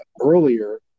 earlier